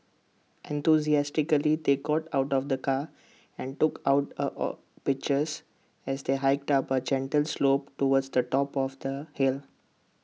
enthusiastically they got out of the car and took A out of pictures as they hiked up A gentle slope towards the top of the hill